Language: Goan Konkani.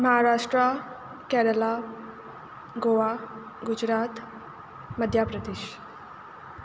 महाराष्ट्रा केरला गोवा गुजरात मध्या प्रदेश